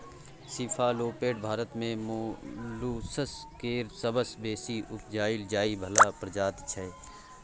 cephalopod Bharat मे molluscs केर सबसँ बेसी उपजाएल जाइ बला प्रजाति छै